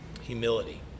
humility